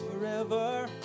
forever